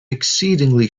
exceedingly